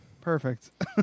Perfect